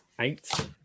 Eight